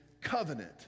covenant